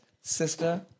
sister